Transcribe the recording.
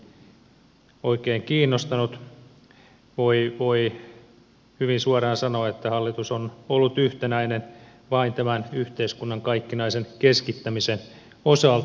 voi hyvin suoraan sanoa että hallitus on ollut yhtenäinen vain tämän yhteiskunnan kaikkinaisen keskittämisen osalta